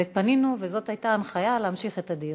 ופנינו, וזאת הייתה ההנחיה, להמשיך את הדיון.